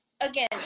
again